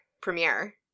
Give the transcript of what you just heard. premiere